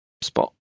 spot